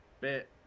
bit